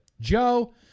Joe